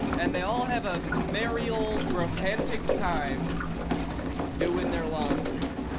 and they all have a merry old romantic time doing their laundry.